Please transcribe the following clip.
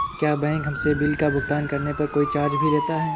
क्या बैंक हमसे बिल का भुगतान करने पर कोई चार्ज भी लेता है?